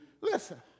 Listen